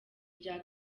rya